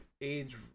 age